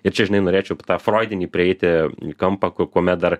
ir čia žinai norėčiau apie tą froidinį prieiti kampą kuomet dar